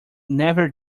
never